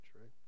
right